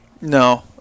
No